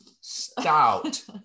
stout